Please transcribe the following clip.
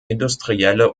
industrielle